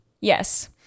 Yes